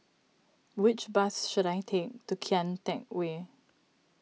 which bus should I take to Kian Teck Way